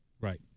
Right